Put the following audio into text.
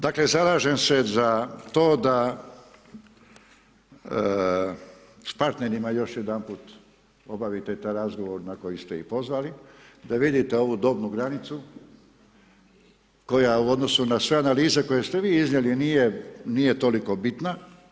Dakle, zalažem se za to da s partnerima još jedanput obavite taj razgovor na koji ste ih pozvali, da vidite ovu dobnu granicu koja u odnosu na sve analize koje ste vi iznijeli nije toliko bitna.